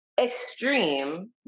Extreme